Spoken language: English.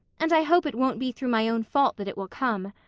and i hope it won't be through my own fault that it will come.